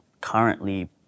currently